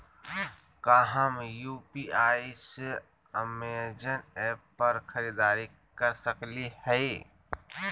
का हम यू.पी.आई से अमेजन ऐप पर खरीदारी के सकली हई?